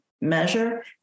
measure